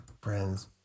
friends